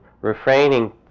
refraining